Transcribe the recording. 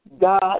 God